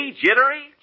jittery